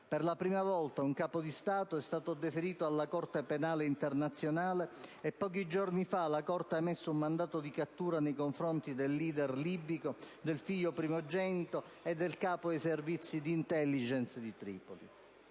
Per la prima volta un capo di Stato è stato deferito alla Corte penale internazionale, la quale pochi giorni fa ha emesso un mandato di cattura nei confronti del leader libico, del figlio primogenito e del capo dei servizi di *intelligence* di Tripoli.